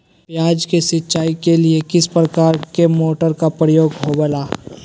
प्याज के सिंचाई के लिए किस प्रकार के मोटर का प्रयोग होवेला?